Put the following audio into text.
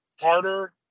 harder